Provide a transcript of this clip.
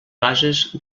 bases